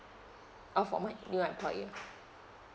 oh four month new employer